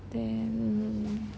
then